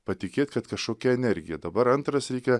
patikėt kad kašokia energija dabar antras reikia